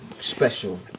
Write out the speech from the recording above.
special